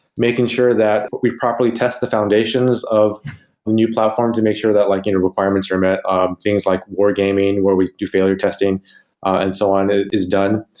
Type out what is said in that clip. making sure that we properly test the foundations of the new platform to make sure that like requirements are met, um things like war gaming, where we do failure testing and so on ah is done.